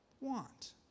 want